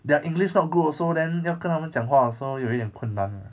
their english not good also then 要跟她们讲话 also 有一点困难 ah